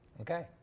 Okay